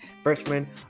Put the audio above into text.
Freshman